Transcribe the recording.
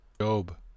Job